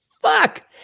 Fuck